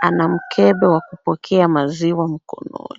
Ana mkebe wa kupokea maziwa mkononi.